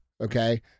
Okay